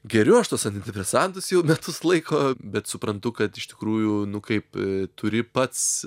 geriu aš tuos antidepresantus jau metus laiko bet suprantu kad iš tikrųjų nu kaip turi pats